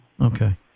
Okay